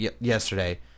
yesterday